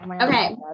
okay